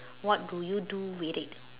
what do you do with it